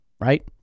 right